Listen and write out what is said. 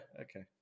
Okay